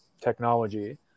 technology